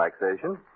relaxation